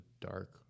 dark